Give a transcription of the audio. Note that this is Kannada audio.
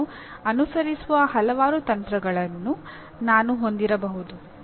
ನಾನು ಅನುಸರಿಸುವ ಹಲವಾರು ತಂತ್ರಗಳನ್ನು ನಾನು ಹೊಂದಿರಬಹುದು